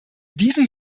diesem